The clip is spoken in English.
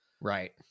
Right